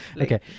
Okay